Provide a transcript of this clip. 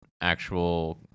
actual